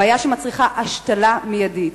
בעיה שמצריכה השתלה מיידית.